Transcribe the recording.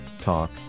Talk